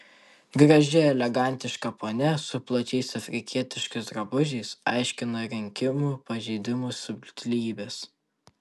graži elegantiška ponia su plačiais afrikietiškais drabužiais aiškina rinkimų pažeidimų subtilybes